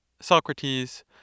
Socrates